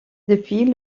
depuis